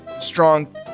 strong